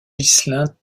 ghislain